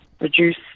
reduce